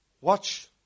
watch